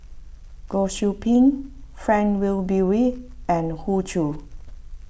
Goh Qiu Bin Frank Wilmin Brewer and Hoey Choo